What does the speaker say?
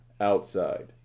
outside